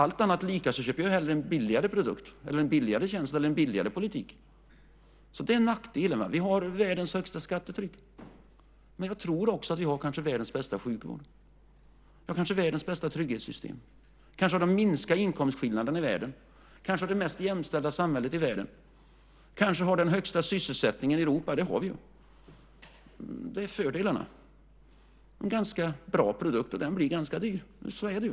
Allt annat lika köper jag hellre en billigare produkt, en billigare tjänst eller en billigare politik. Det är nackdelen. Vi har världens högsta skattetryck. Men jag tror också att vi har kanske världens bästa sjukvård, kanske världens bästa trygghetssystem. Kanske har vi de minsta inkomstskillnaderna i världen. Det är kanske det mest jämställda samhället i världen. Kanske har vi den högsta sysselsättningsgraden i Europa - det har vi ju. Det är fördelarna. Det är en ganska bra produkt som blir ganska dyr. Så är det ju.